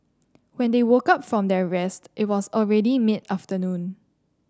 when they woke up from their rest it was already mid afternoon